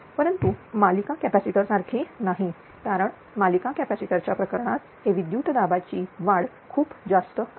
परंतु मालिका कॅपॅसिटर सारखे नाही कारण मालिका कॅपॅसिटर च्या प्रकरणात हे विद्युत दाबाची वाढ खूप जास्त आहे